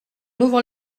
ouvre